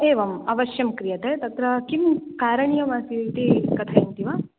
एवम् अवश्यं क्रियते तत्र किं करणीयम् आसीत् इति कथयन्ति वा